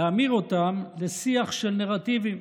להמיר אותם לשיח של נרטיבים,